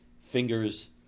fingers